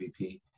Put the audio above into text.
MVP